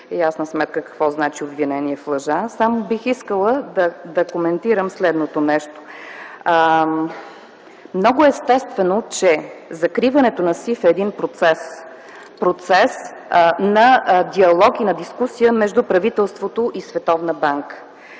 ясна сметка, какво значи обвинение в лъжа. Само бих искала да коментирам следното нещо. Много естествено, че закриването на СИФ е един процес. Процес на диалог и на дискусия между правителството и